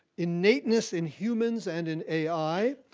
innateness in humans and in ai,